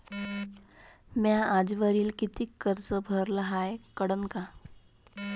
म्या आजवरी कितीक कर्ज भरलं हाय कळन का?